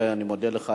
אני מודה לך.